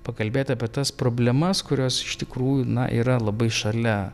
pakalbėti apie tas problemas kurios iš tikrųjų na yra labai šalia